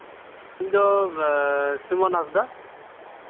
ᱤᱧᱫᱚ ᱥᱩᱢᱩᱱ ᱦᱟᱸᱥᱫᱟ